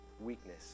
weakness